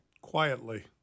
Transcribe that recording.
Quietly